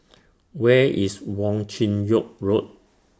Where IS Wong Chin Yoke Road